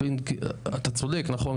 אתה צודק נכון,